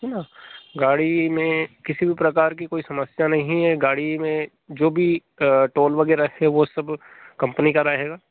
है ना गाड़ी में किसी भी प्रकार की कोई समस्या नहीं है गाड़ी में जो भी टोल वगैरह है वो सब कम्पनी का रहेगा